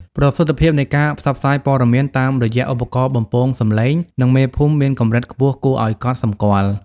ប្រសិទ្ធភាពនៃការផ្សព្វផ្សាយព័ត៌មានតាមរយៈឧបករណ៍បំពងសំឡេង និងមេភូមិមានកម្រិតខ្ពស់គួរឱ្យកត់សម្គាល់។